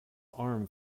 arm